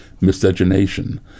Miscegenation